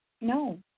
No